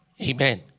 Amen